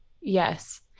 Yes